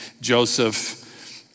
Joseph